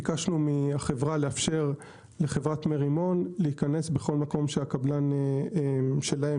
ביקשנו מהחברה לאפשר לחברת מרימון להיכנס בכל מקום שהקבלן שלהם